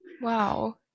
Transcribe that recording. Wow